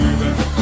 baby